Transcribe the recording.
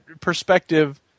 perspective